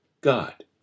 God